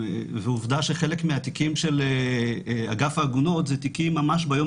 ועובדה שהיא חלק מהתיקים של אגף העגונות הם תיקים ממש מהיום